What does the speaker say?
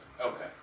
Okay